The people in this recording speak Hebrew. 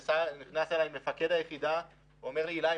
נכנס אלי מפקד היחידה ואומר לי: עילי,